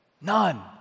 None